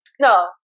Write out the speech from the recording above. No